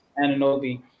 Ananobi